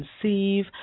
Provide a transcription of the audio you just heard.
Conceive